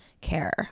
care